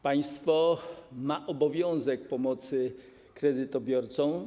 Państwo ma obowiązek pomocy kredytobiorcom.